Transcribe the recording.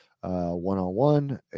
one-on-one